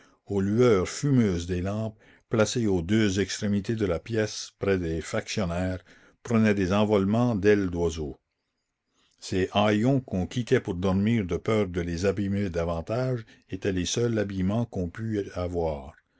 aux lueurs fumeuses des lampes placées aux deux extrémités de la pièce près des factionnaires prenaient des envolements d'ailes d'oiseaux ces haillons qu'on quittait pour dormir de peur de les abîmer davantage étaient les seuls habillements qu'on pût avoir